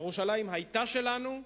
ירושלים היתה שלנו,